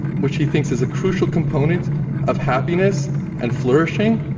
which he thinks is a crucial component of happiness and flourishing.